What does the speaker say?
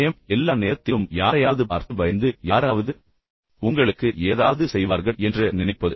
பயம் எனவே எல்லா நேரத்திலும் யாரையாவது பார்த்து பயந்து யாராவது உங்களுக்கு ஏதாவது செய்வார்கள் என்று நினைப்பது